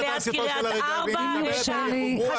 בואי.